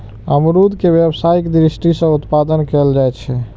अमरूद के व्यावसायिक दृषि सं उत्पादन कैल जाइ छै